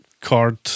card